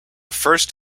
first